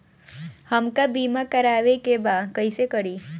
हमका बीमा करावे के बा कईसे करी?